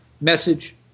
message